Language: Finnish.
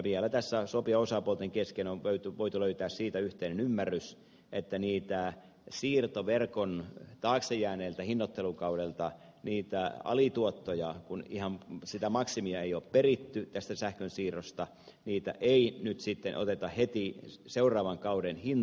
vielä tässä sopijaosapuolten kesken on voitu löytää siitä yhteinen ymmärrys että siirtoverkon taakse jääneeltä hinnoittelukaudelta niitä alituottoja kun ihan sitä maksimia ei ole peritty tästä sähkön siirrosta ei nyt sitten oteta heti seuraavan kauden hintoihin